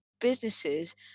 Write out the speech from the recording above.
businesses